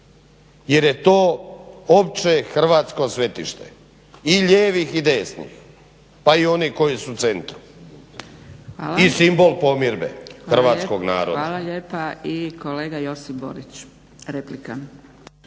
jer je to opće hrvatsko svetište i lijevih i desnih pa i onih koji su u centru. I simbol pomirbe hrvatskog naroda. **Zgrebec, Dragica (SDP)** Hvala lijepa. I kolega Josip Borić, replika.